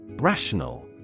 Rational